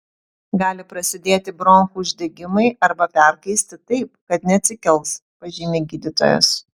gali prasidėti bronchų uždegimai arba perkaisti taip kad neatsikels pažymi gydytojas